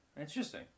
Interesting